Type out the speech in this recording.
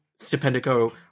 Stipendico